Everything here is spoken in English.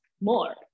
more